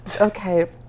okay